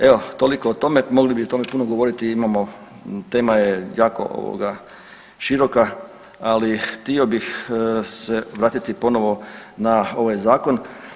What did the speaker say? Evo toliko o tome, mogli bi o tome puno govoriti, tema je jako široka ali htio bih se vratiti ponovo na ovaj zakon.